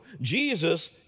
Jesus